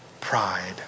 pride